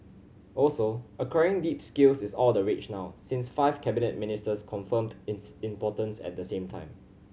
also acquiring deep skills is all the rage now since five cabinet ministers confirmed its importance at the same time